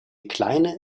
kleine